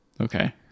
okay